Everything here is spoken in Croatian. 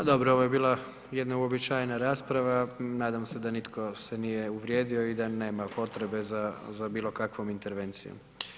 A dobro, ovo je bila jedna uobičajena rasprava, nadam se da nitko se nije uvrijedio i da nema potrebe za bilo kakvom intervencijom.